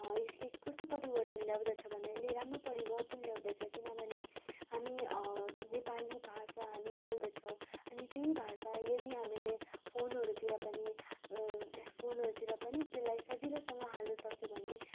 यसले कस्तो परिवर्तन ल्याउँदछ भन्दा यसले राम्रो परिवर्तन ल्याउँदछ किनभने हामी नेपाली भाषा हामी बोल्दछौँ अनि त्यही भाषा यदि हामीले फोनहरूतिर पनि फोनहरूतिर पनि त्यसलाई सजिलोसँग हाल्नसक्यो भने